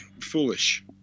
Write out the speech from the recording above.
foolish